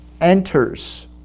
enters